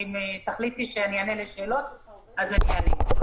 אם תחליטי שאענה לשאלות אענה.